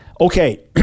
Okay